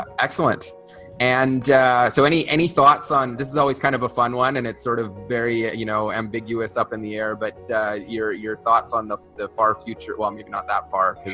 excellent and so any any thoughts on this is always kind of a fun one and it's sort of very you know ambiguous up in the air but your your thoughts on the the far future, well maybe not that far,